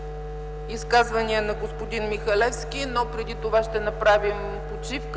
Изказване на господин Михалевски. Преди това ще направим почивката.